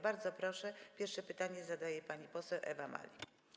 Bardzo proszę, pierwsze pytanie zadaje pani poseł Ewa Malik.